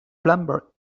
plumber